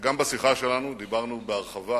וגם בשיחה שלנו, דיברנו בהרחבה